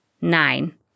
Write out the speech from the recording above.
Nine